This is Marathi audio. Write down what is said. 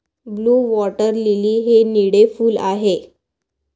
ब्लू वॉटर लिली हे निळे फूल आहे